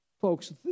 folks